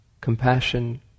compassion